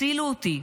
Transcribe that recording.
הצילו אותי,